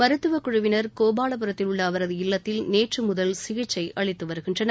மருத்துவக்குழுவினர் கோபாலபுரத்தில் உள்ள அவரது இல்லத்தில் நேற்று முதல் சிகிச்சை அளித்து வருகின்றனர்